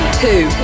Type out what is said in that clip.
two